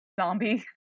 zombie